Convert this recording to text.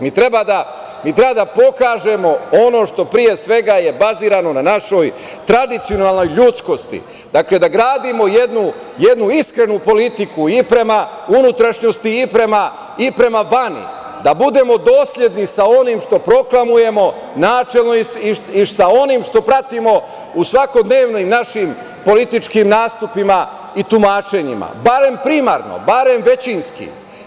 Mi treba da pokažemo ono što je pre svega bazirano na našoj tradicionalnoj ljudskosti, da gradimo jednu iskrenu politiku i prema unutrašnjosti i prema vani, da budemo dosledni sa onim što proklamujemo načelno i sa onim što pratimo u svakodnevnim našim političkim nastupima i tumačenjima, barem primarno, barem većinski.